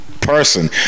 person